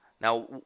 Now